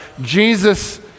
Jesus